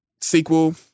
sequel